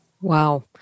Wow